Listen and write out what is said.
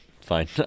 fine